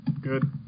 Good